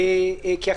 כי אחרת,